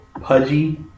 pudgy